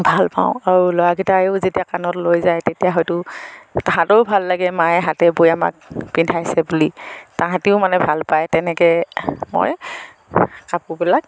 ভাল পাওঁ আৰু ল'ৰা কেইটাইয়ো যেতিয়া কান্ধত লৈ যায় তেতিয়া হয়তো তাহাঁতৰো ভাল লাগে মায়ে হাতে বৈ আমাক পিন্ধাইছে বুলি তাহাঁতেও মানে ভাল পায় তেনেকৈ মই কাপোৰবিলাক